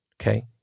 okay